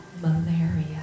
malaria